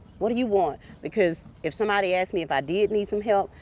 what do you want? because if somebody asked me if i did need some help,